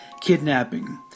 kidnapping